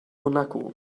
monaco